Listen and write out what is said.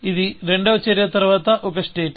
ఇది రెండవ చర్య తరువాత ఒక స్టేట్